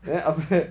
then after that